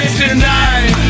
tonight